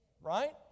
right